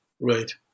right